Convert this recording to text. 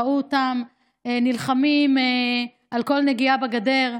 ראו אותם נלחמים על כל נגיעה בגדר,